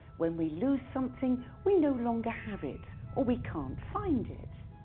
when we lose something, we no longer have it or we can't find it.